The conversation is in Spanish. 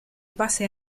pase